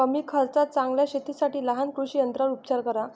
कमी खर्चात चांगल्या शेतीसाठी लहान कृषी यंत्रांवर उपचार करा